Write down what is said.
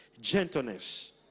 gentleness